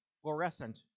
Fluorescent